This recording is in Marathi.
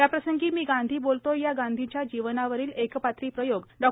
याप्रसंगी मी गांधी बोलतोय या गांधीच्या जीवनावरील एकपात्री प्रयोग डॉ